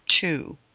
two